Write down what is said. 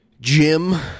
Jim